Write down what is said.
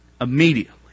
Immediately